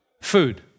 food